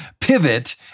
pivot